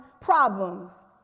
problems